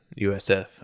USF